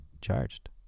charged